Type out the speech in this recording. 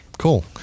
Cool